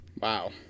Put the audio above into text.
Wow